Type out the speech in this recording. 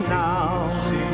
now